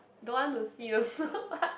don't want to see also [what]